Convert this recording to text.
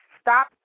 stop